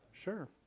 Sure